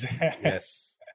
Yes